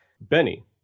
Benny